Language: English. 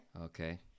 Okay